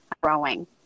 growing